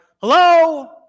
hello